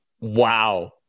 Wow